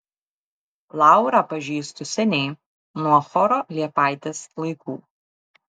laurą pažįstu seniai nuo choro liepaitės laikų